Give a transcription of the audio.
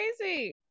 crazy